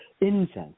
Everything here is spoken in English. incense